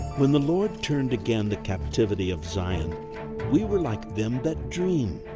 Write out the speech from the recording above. when the lord turned again the captivity of zion we were like them that dream.